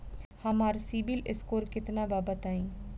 हमार सीबील स्कोर केतना बा बताईं?